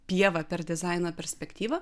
pievą per dizaino perspektyvą